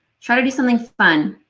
try to do something fun.